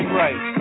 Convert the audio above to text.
right